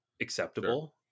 acceptable